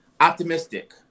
optimistic